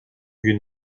vieux